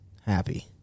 happy